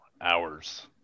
hours